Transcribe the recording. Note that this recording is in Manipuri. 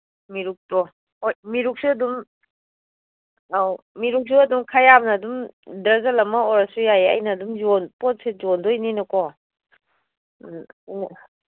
ꯃꯤꯔꯨꯛꯇꯣ ꯍꯣꯏ ꯃꯤꯔꯨꯛꯁꯨ ꯑꯗꯨꯝ ꯑꯧ ꯃꯤꯔꯨꯛꯁꯨ ꯑꯗꯨꯝ ꯈ ꯌꯥꯝꯅ ꯑꯗꯨꯝ ꯗꯔꯖꯟ ꯑꯃ ꯑꯣꯏꯔꯁꯨ ꯌꯥꯏ ꯑꯩꯅ ꯑꯗꯨꯝ ꯄꯣꯠꯁꯦ ꯌꯣꯟꯗꯣꯏꯅꯤꯅꯀꯣ ꯎꯝ